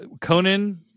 Conan